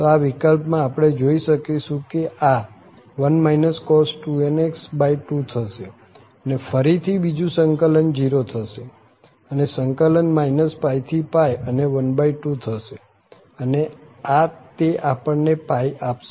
તો આ વિકલ્પમાં આપણે જોઈ શકીશું કે આ 1 cos 2 થશે અને ફરી થી બીજુ સંકલન 0 થશે અને સંકલન -π થી π અને 12 થશે અને આ તે આપણ ને આપશે